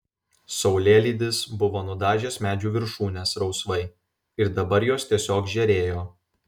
saulėlydis buvo nudažęs medžių viršūnes rausvai ir dabar jos tiesiog žėrėjo